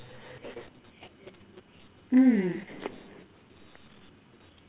mm